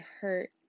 hurt